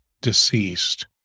deceased